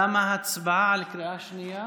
תמה ההצבעה בקריאה השנייה.